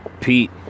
Pete